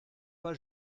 pas